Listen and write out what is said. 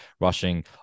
rushing